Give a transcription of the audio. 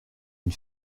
une